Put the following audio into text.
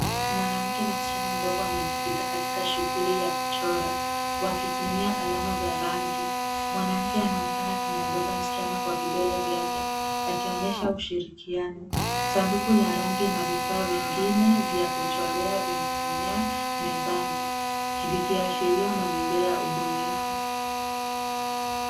Mwanamke na msichana mdogo wamejikita katika shughuli ya kuchora, wakitumia alama za rangi. Mwanamke anaonekana akimwongoza msichana kwa vidole vyake akionyesha ushirikiano. Sanduku la rangi na vifaa vingine vya kuchorea vimeenea mezani, vikiashiria mazingira ya ubunifu.